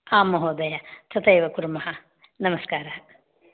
आं महोदय तथैव कुर्मः नमस्कारः